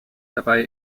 dabei